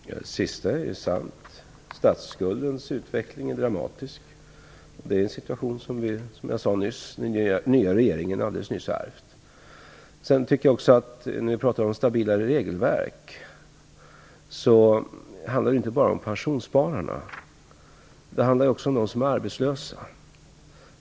Fru talman! Det sista är sant. Statsskuldens utveckling är dramatisk. Det är en situation som den nya regeringen alldeles nyss ärvt. När vi pratar om stabilare regelverk handlar det inte bara om pensionsspararna. Det handlar om dem som är arbetslösa.